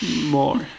More